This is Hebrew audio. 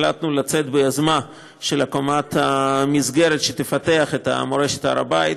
החלטנו לצאת ביוזמה של הקמת מסגרת שתפתח את מורשת הר הבית,